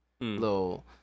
little